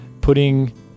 putting